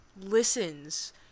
Listens